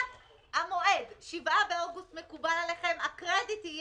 מבחינת מועד, 7 באוגוסט מקובל עליכם?